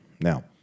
Now